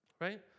right